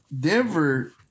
Denver